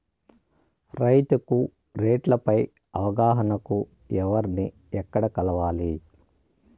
రైతుకు రేట్లు పై అవగాహనకు ఎవర్ని ఎక్కడ కలవాలి?